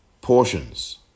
Portions